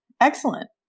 excellent